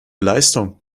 leistung